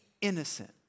innocent